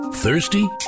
thirsty